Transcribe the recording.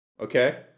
Okay